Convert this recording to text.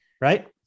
right